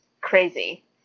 crazy